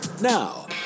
Now